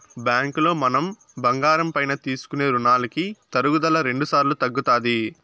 బ్యాంకులో మనం బంగారం పైన తీసుకునే రునాలకి తరుగుదల రెండుసార్లు తగ్గుతాది